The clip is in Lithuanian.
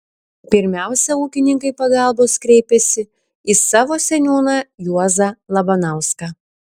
pirmiausia ūkininkai pagalbos kreipėsi į savo seniūną juozą labanauską